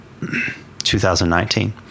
2019